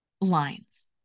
lines